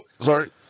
sorry